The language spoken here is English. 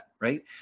right